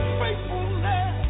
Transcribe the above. faithfulness